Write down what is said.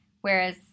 whereas